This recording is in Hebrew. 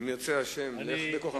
אם ירצה השם, לך בכוחך זה.